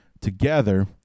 together